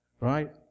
Right